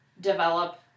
develop